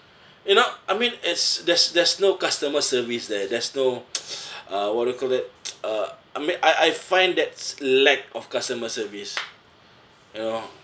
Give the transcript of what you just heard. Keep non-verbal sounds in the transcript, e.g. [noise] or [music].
you know I mean it's there's there's no customer service there there's no [breath] [noise] uh what do you call that [noise] uh I mean I I find that's lack of customer service you know